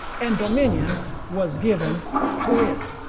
and dominion was given to it.